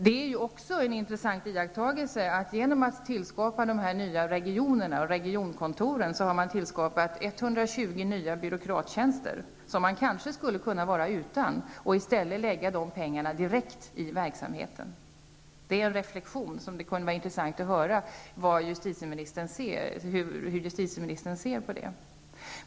Det är också intressant att göra iakttagelsen att man genom att tillskapa dessa nya regioner och regionkontor har tillskapat 120 nya byråkrattjänster som man kanske skulle kunna vara utan. I stället hade dessa pengar kunnat läggas direkt i verksamheten. Det är en reflexion, och det vore intressant att höra hur justitieministern ser på detta.